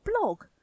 blog